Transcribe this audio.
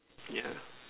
yeah